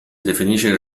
definisce